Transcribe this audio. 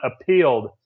appealed